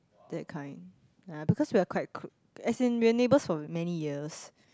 that kind ya because we are quite cl~ as in we are neighbors for many years